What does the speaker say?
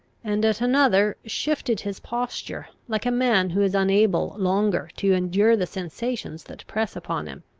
and at another shifted his posture, like a man who is unable longer to endure the sensations that press upon him.